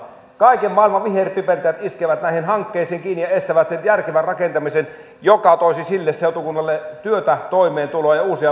kaiken maailman viherpiipertäjät iskevät näihin hankkeisiin kiinni ja estävät sen järkevän rakentamisen joka toisi sille seutukunnalle työtä toimeentuloa ja uusia veronmaksajia